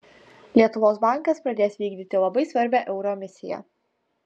lietuvos bankas pradės vykdyti labai svarbią euro misiją